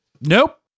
Nope